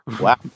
Wow